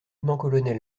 col